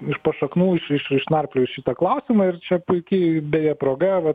iš pašaknų iš iš išnarplios šitą klausimą ir čia puiki beje proga vat